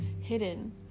hidden